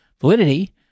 validity